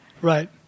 Right